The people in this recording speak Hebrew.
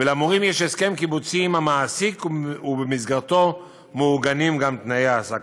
ולמורים יש הסכם קיבוצי עם המעסיק ובמסגרתו מעוגנים גם תנאי העסקתם.